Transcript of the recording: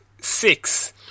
six